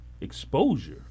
exposure